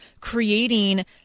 creating